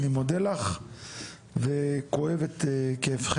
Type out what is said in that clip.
אני מודה לך וכואב את כאבכם.